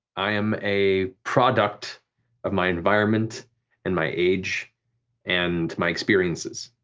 i am a product of my environment and my age and my experiences,